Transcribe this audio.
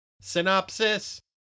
Synopsis